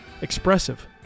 expressive